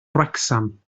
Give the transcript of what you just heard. wrecsam